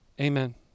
Amen